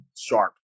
sharp